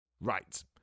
Right